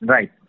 Right